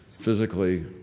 physically